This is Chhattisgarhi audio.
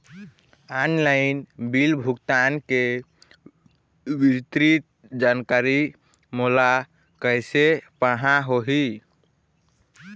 ऑनलाइन बिल भुगतान के विस्तृत जानकारी मोला कैसे पाहां होही?